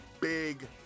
big